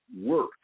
work